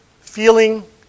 feeling